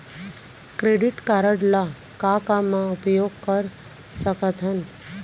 Credit card ला का का मा उपयोग कर सकथन?